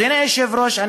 אדוני היושב-ראש,